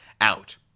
out